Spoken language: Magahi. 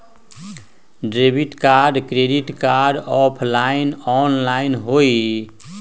Debit card credit card offline online होई?